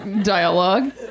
dialogue